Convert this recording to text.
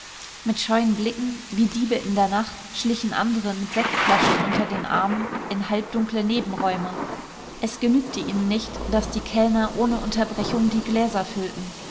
mit scheuen blicken wie diebe in der nacht schlichen andere mit sektflaschen unter den armen in halbdunkle nebenräume es genügte ihnen nicht daß die kellner ohne unterbrechung die gläser füllten